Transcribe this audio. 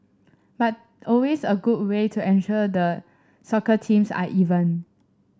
but always a good way to ensure the soccer teams are even